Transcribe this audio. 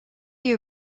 you